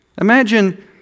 imagine